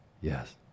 Yes